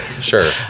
Sure